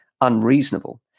unreasonable